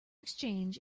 exchange